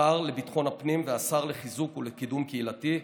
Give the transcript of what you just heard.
השר לביטחון הפנים והשר לחיזוק ולקידום קהילתי,